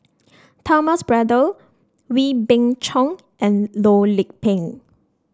Thomas Braddell Wee Beng Chong and Loh Lik Peng